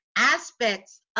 Aspects